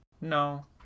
No